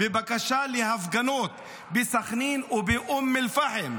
בבקשה להפגנות בסח'נין ובאום אל-פחם.